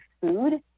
food